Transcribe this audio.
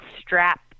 strap